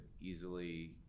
easily